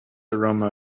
aroma